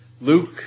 Luke